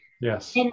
Yes